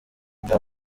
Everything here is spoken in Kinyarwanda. nda